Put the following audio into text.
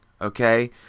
okay